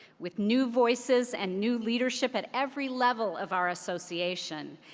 with new voices and new leadership at every level of our association,